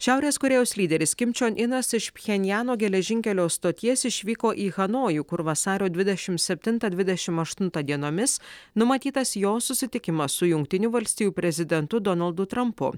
šiaurės korėjos lyderis kimčioninas iš pjenjano geležinkelio stoties išvyko į hanojų kur vasario dvidešim septintą dvidešim aštuntą dienomis numatytas jo susitikimas su jungtinių valstijų prezidentu donaldu trampu